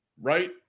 right